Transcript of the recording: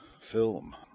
film